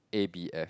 a_b_f